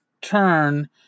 turn